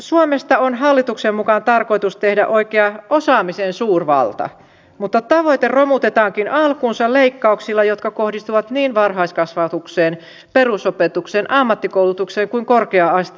suomesta on hallituksen mukaan tarkoitus tehdä oikea osaamisen suurvalta mutta tavoite romutetaankin alkuunsa leikkauksilla jotka kohdistuvat niin varhaiskasvatukseen perusopetukseen ammattikoulutukseen kuin korkea asteellekin